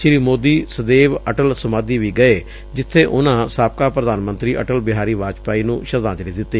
ਸ੍ਰੀ ਮੋਦੀ ਸਦੇਵ ਅਟਲ ਸਮਾਧੀ ਵੀ ਗਏ ਜਿੱਬੇ ਉਨੂਾਂ ਸਾਬਕਾ ਪ੍ਰਧਾਨ ਮੰਤਰੀ ਅਟਲ ਬਿਹਾਰੀ ਵਾਜਪਾਈ ਨੁੰ ਸ਼ਰਧਾਂਜਲੀ ਦਿੱਤੀ